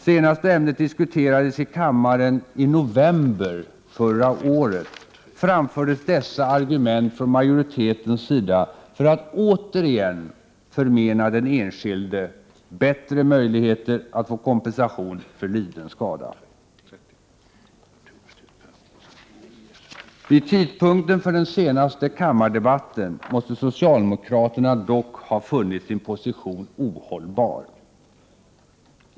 Senast då ämnet diskuterades i kammaren i november förra året framfördes dessa argument från majoritetens sida för att återigen förmena den enskilde bättre möjligheter att få kompensation för liden skada. Vid tidpunkten för den senaste kammardebatten måste socialdemokraterna dock ha funnit sin position ohållbar.